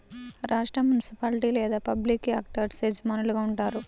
రాష్ట్రం, మునిసిపాలిటీ లేదా public actors యజమానులుగా ఉంటారు